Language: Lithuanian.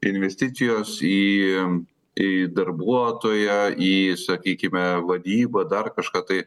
investicijos į į darbuotoją į sakykime vadybą dar kažką tai